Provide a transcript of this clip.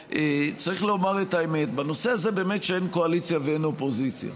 צריך לומר את האמת: בנושא הזה באמת שאין קואליציה ואין אופוזיציה.